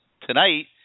tonight